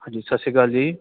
ਹਾਂਜੀ ਸਤਿ ਸ਼੍ਰੀ ਅਕਾਲ ਜੀ